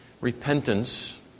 Repentance